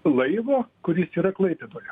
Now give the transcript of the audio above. laivo kuris yra klaipėdoje